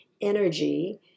energy